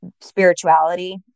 spirituality